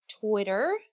Twitter